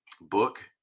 book